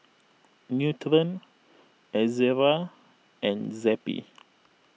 Nutren Ezerra and Zappy